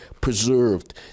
preserved